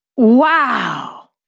Wow